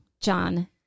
John